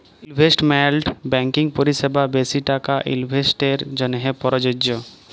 investment banking পরিসেবা বেশি টাকা ইলভেস্টের জ্যনহে পরযজ্য